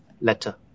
letter